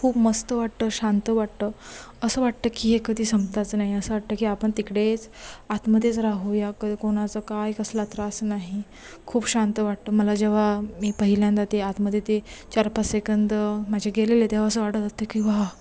खूप मस्त वाटतं शांत वाटतं असं वाटतं की हे कधी संपताच नाही असं वाटतं की आपण तिकडेच आतमध्येच राहू या क कोणाचा काय कसला त्रास नाही खूप शांत वाटतं मला जेव्हा मी पहिल्यांदा ते आतमध्ये ते चारपाच सेकंद माझे गेलेले तेव्हा असं वाटत असतं की वाह